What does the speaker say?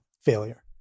failure